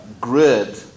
grid